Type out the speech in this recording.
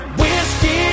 whiskey